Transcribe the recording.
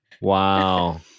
Wow